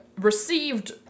Received